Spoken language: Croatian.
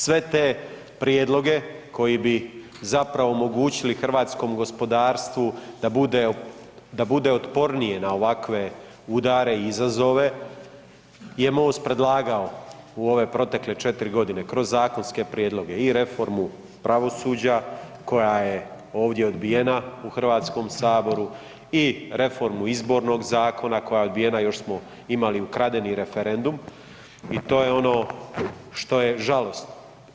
Sve te prijedloge koji bi zapravo omogućili hrvatskom gospodarstvu da bude otpornije na ovakve udare i izazove je MOST predlagao u ove protekle 4 godine kroz zakonske prijedloge i reformu pravosuđa koja je ovdje odbijena u Hrvatskom saboru i reformu izbornog zakona koja je odbijena još smo imali ukradeni referendum i to je ono što je žalosno.